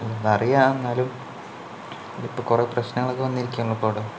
അത് അറിയാം എന്നാലും ഇതിപ്പോൾ കുറേ പ്രശ്നങ്ങളൊക്കെ വന്നിരിക്കുകയാണല്ലോ ഇപ്പം ഇവിടെ